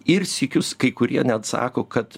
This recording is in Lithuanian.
ir sykius kai kurie net sako kad